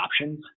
options